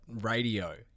radio